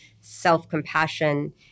self-compassion